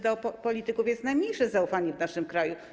Do polityków jest najmniejsze zaufanie w naszym kraju.